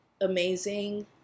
amazing